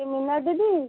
କିଏ ମିନା ଦିଦି